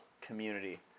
community